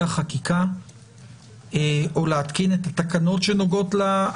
חקיקה או להתקין את התקנות שנוגעות לה?